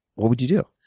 what would you do?